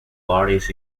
parties